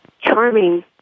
charming